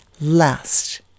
last